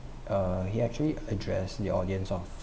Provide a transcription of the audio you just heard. uh he actually address the audience of